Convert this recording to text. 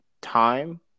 time